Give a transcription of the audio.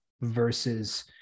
versus